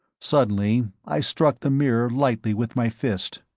suddenly i struck the mirror lightly with my fist.